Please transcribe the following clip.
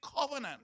covenant